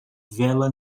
vela